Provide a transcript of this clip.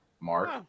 mark